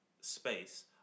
space